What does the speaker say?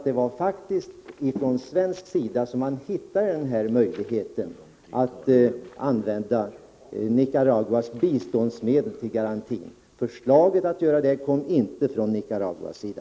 Det var faktiskt på svensk sida som man såg möjligheten att använda Nicaraguas biståndsmedel för garantin. Förslaget kom inte från Nicaragua.